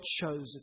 chosen